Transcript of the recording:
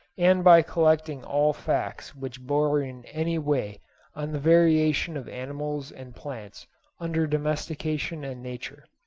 and by collecting all facts which bore in any way on the variation of animals and plants under domestication and nature,